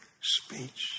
speech